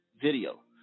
video